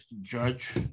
Judge